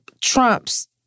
trumps